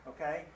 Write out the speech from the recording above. okay